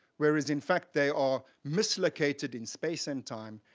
whereas in fact they are mislocated in space and time,